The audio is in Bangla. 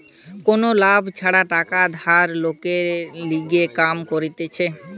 কোনো লাভ ছাড়া টাকা ধার লোকের লিগে কাম করতিছে